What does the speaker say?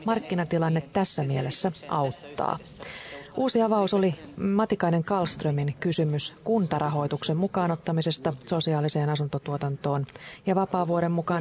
minulla ainakaan itselläni ei ole mitään estettä sen selvitykseen tässä yhteydessä ja uskon että ministeri pekkarinen voi jatkaa jos haluaa